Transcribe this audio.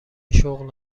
شغل